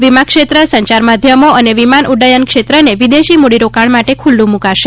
વિમાક્ષેત્રસંચારમાધ્યમોઅને વિમાન ઉડ્ડયન ક્ષેત્રને વિદેશી મૂડીરોકાણ માટે ખુલ્લું મૂકાશે